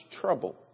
trouble